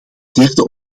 derde